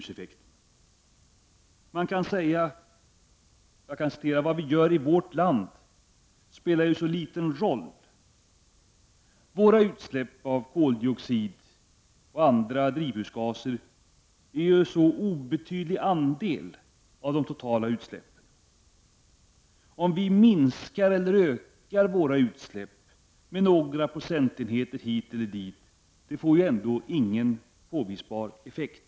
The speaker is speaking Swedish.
Man kan t.ex. säga att det spelar så liten roll vad vi gör i vårt land, eftersom våra utsläpp av koldioxid och andra drivhusgaser är en så obetydlig andel av de totala utsläppen. Om vi minskar eller ökar våra utsläpp med några procentenheter hit eller dit får ändå ingen påvisbar effekt.